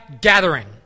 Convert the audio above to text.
gathering